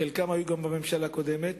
חלקם היו גם בממשלה הקודמת,